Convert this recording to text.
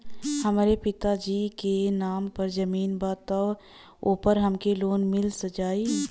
हमरे पिता जी के नाम पर जमीन बा त ओपर हमके लोन मिल जाई?